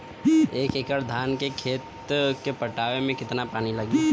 एक एकड़ धान के खेत के पटवन मे कितना पानी लागि?